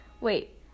Wait